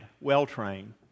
well-trained